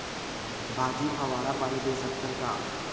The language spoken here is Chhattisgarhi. भाजी फवारा पानी दे सकथन का?